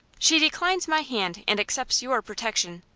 she declines my hand, and accepts your protection.